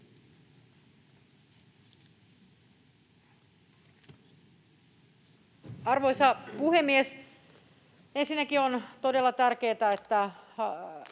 Arvoisa puhemies! Ensinnäkin on todella tärkeätä, että